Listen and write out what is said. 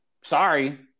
Sorry